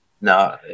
no